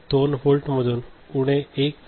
2 वोल्टमधून उणे 1